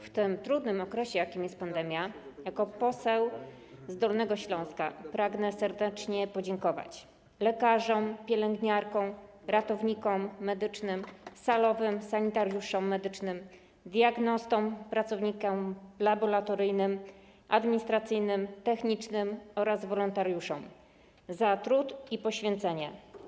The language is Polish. W tym trudnym okresie, jakim jest pandemia, jako poseł z Dolnego Śląska pragnę serdecznie podziękować lekarzom, pielęgniarkom, ratownikom medycznym, salowym, sanitariuszom medycznym, diagnostom, pracownikom laboratoryjnym, administracyjnym, technicznym oraz wolontariuszom za trud i poświęcenie.